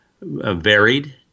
varied